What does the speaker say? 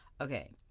Okay